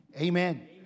Amen